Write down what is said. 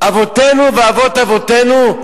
אבותינו ואבות-אבותינו?